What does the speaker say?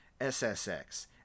ssx